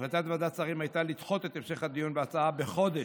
החלטת ועדת השרים הייתה לדחות את המשך הדיון בהצעה בחודש.